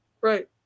right